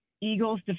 Eagles